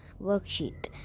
worksheet